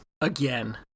again